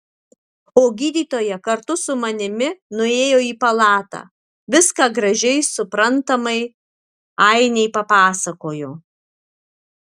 o gydytoja kartu su manimi nuėjo į palatą viską gražiai suprantamai ainei papasakojo